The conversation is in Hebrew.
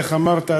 איך אמרת,